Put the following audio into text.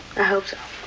i hope so.